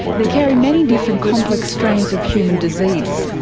they carry many different complex strains of human disease.